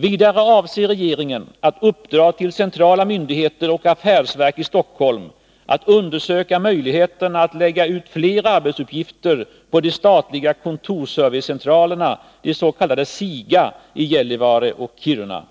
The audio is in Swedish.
Vidare avser regeringen att uppdra till centrala myndigheter och affärsverk i Stockholm att undersöka möjligheterna att lägga ut fler arbetsuppgifter på de statliga kontorsservicecentralerna i Gällivare och Kiruna.